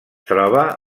troba